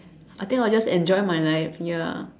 I think I will just enjoy my life ya